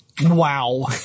Wow